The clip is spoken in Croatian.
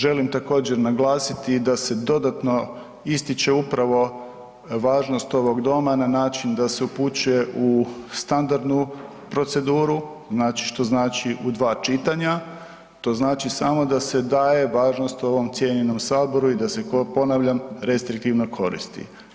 Želim također naglasiti i da se dodatno ističe upravo važnost ovog doma na način da se upućuje u standardnu proceduru, znači što znači u dva čitanja, to znači samo da se daje važnost ovom cijenjenom saboru i da se ponavljam, restriktivno koristi.